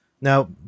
now